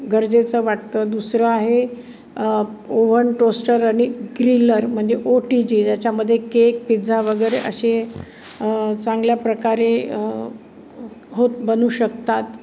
गरजेचं वाटतं दुसरं आहे ओव्हन टोस्टर आणि ग्रिलर म्हणजे ओ टी जी ज्याच्यामध्ये केक पिझ्झा वगैरे असे चांगल्या प्रकारे होत बनू शकतात